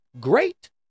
Great